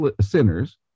sinners